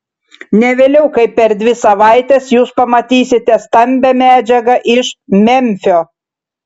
ne vėliau kaip per dvi savaites jūs pamatysite stambią medžiagą iš memfio